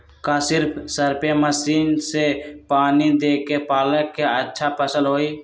का सिर्फ spray machine से पानी देके पालक के अच्छा फसल होई?